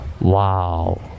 Wow